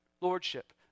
lordship